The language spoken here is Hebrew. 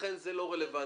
לכן זה לא רלבנטי.